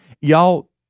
y'all